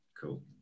Cool